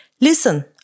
Listen